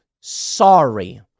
sorry